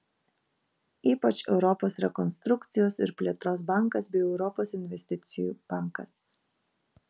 ypač europos rekonstrukcijos ir plėtros bankas bei europos investicijų bankas